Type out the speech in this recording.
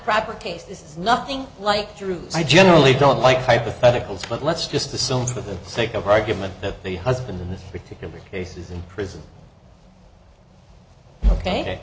is nothing like truth i generally don't like hypotheticals but let's just assume for the sake of argument that the husband in this particular case is in prison ok